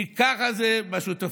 כי ככה זה בשותפות.